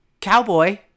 cowboy